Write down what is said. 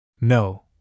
No